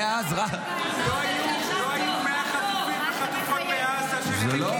מאז ------ לא היו 100 חטופים וחטופות בעזה שנמקים.